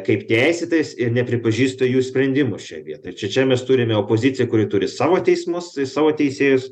kaip teisėtais ir nepripažįsta jų sprendimų šioj vietoje čia čia mes turim į opoziciją kuri turi savo teismus savo teisėjus